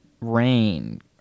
Rain